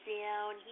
down